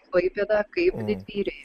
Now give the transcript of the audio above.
klaipėdą kaip didvyriai